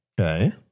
Okay